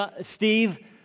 Steve